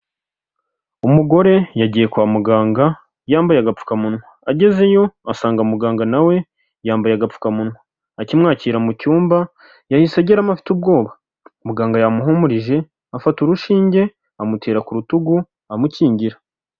Umugore yagiye kwa muganga yambaye agapfukamunwa, agezeyo asanga muganga na we yambaye agapfukamunwa, akimwakira mu cyumba yahise ageramo afite ubwoba, muganga yamuhumurije afata urushinge, amutera ku rutugu amukingira.